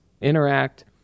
interact